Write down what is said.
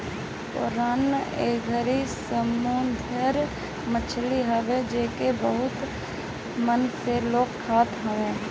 prawn एगो समुंदरी मछरी हवे जेके बहुते मन से लोग खात हवे